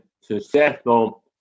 successful